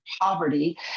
poverty